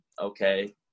okay